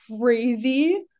crazy